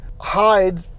hide